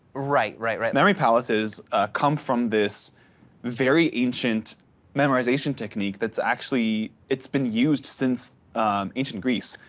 right. right, right. memory palaces comes from this very ancient memorization technique, that's actually it's been used since ancient greece,